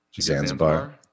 Zanzibar